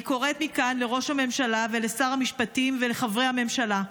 אני קוראת מכאן לראש הממשלה ולשר המשפטים ולחברי הממשלה,